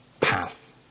path